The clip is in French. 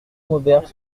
maubert